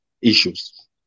issues